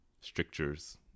strictures